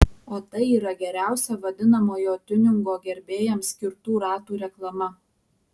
o tai yra geriausia vadinamojo tiuningo gerbėjams skirtų ratų reklama